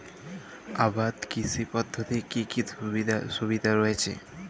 আবাদ কৃষি পদ্ধতির কি কি সুবিধা রয়েছে?